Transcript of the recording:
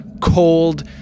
cold